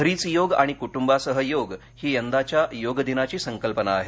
घरीच योग आणि कुटुंबासह योग ही यंदाच्या योग दिनाची संकल्पना आहे